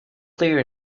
clear